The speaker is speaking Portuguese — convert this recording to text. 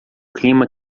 clima